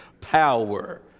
Power